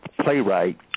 playwright